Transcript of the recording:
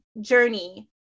journey